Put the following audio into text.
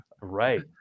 Right